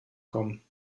kommen